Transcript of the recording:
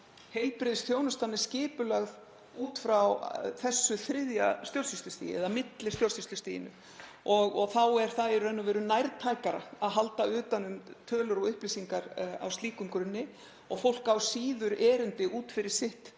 heilbrigðisþjónustan er skipulögð út frá þriðja stjórnsýslustiginu eða millistjórnsýslustiginu. Þá er í raun og veru nærtækara að halda utan um tölur og upplýsingar á slíkum grunni og fólk á síður erindi út fyrir sitt